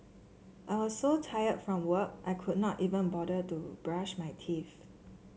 I was so tired from work I could not even bother to brush my teeth